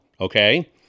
okay